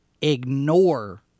ignore